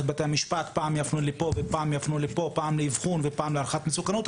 בתי המשפט שפעם יפנו לאבחון ופעם להערכת מסוכנות,